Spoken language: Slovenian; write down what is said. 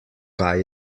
kaj